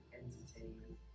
entertainment